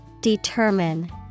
Determine